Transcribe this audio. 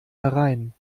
herein